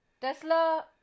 Tesla